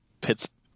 Pittsburgh